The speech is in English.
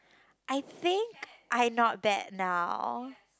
I think I not bad not